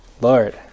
Lord